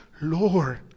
Lord